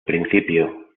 principio